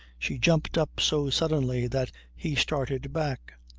she jumped up so suddenly that he started back.